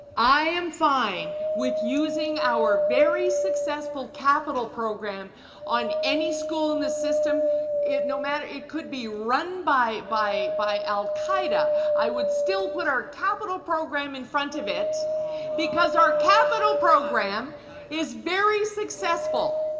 i am fine with using our very successful capital program on any school in the system no matter it could be run by by by al-qaeda i would still put our capital program in front of it because our capital program is very successful.